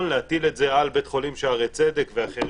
להטיל את זה על בית חולים שערי צדק ואחרים.